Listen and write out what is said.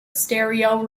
stereo